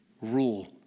rule